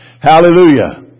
Hallelujah